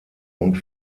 und